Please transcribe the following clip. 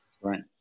right